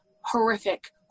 horrific